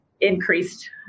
increased